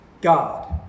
God